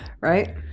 Right